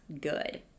good